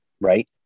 right